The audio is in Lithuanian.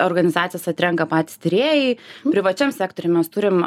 organizacijas atrenka patys tyrėjai privačiam sektoriuj mes turim